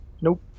nope